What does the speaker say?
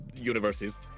universes